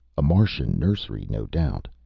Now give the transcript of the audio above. a martian nursery, no doubt.